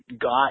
got